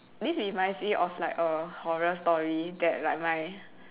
this reminds me of like a horror story that like my